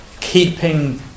Keeping